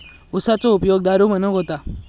उसाचो उपयोग दारू बनवूक होता